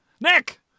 Nick